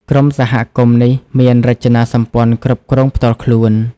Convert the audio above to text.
ក្រុមសហគមន៍នេះមានរចនាសម្ព័ន្ធគ្រប់គ្រងផ្ទាល់ខ្លួន។